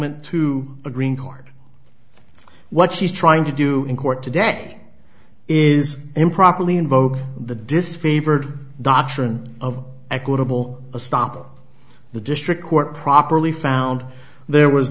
went to a green card what she's trying to do in court today is improperly invoke the disfavored doctrine of equitable stop the district court properly found there was